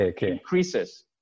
increases